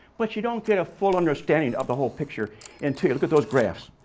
but you don't get a full understanding of the whole picture until you look at those graphs.